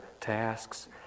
tasks